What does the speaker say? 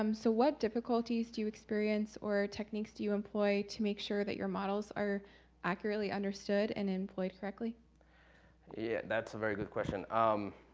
um so, what difficulties do you experience or techniques do you employ to make sure that your models are accurately understood and employed correctly? speaker yeah, that's a very good question. um,